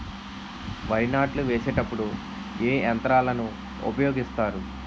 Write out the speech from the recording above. వరి నాట్లు వేసేటప్పుడు ఏ యంత్రాలను ఉపయోగిస్తారు?